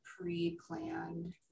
pre-planned